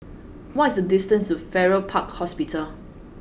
what is the distance to Farrer Park Hospital